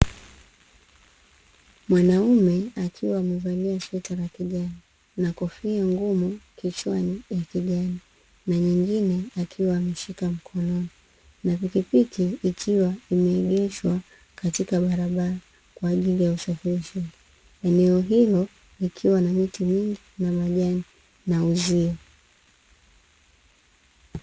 Mwanaume akiwa amevalia sweta la kijani na kofia ngumu kichwani ya kijani, na nyingine akiwa ameshika mkononi, na pikipiki ikiwa imeegeshwa katika barabara kwa ajili ya usafirishaji. Eneo hilo likiwa na miti mingi, na majani, na uzio.